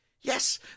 Yes